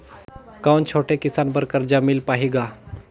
कौन छोटे किसान बर कर्जा मिल पाही ग?